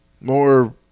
More